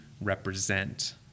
represent